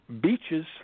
beaches